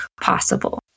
possible